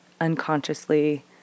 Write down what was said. unconsciously